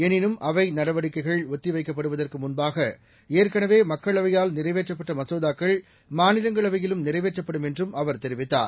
எனினும் அவைநடவடிக்கைகள்ஒத்திவைக்கப்படுவதற்குமுன்பாக ஏற்கனவேமக்களவையால்நிறைவேற்றப்பட்டமசோதாக்கள் மாநிலங்களவையிலும்நிறைவேற்றப்படும்என்றும்அவர்தெரி வித்தார்